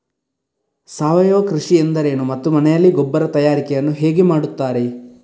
ಸಾವಯವ ಕೃಷಿ ಎಂದರೇನು ಮತ್ತು ಮನೆಯಲ್ಲಿ ಗೊಬ್ಬರ ತಯಾರಿಕೆ ಯನ್ನು ಹೇಗೆ ಮಾಡುತ್ತಾರೆ?